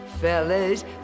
fellas